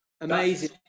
amazing